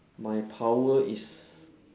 my power is